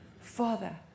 Father